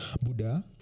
Buddha